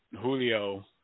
Julio